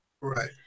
Right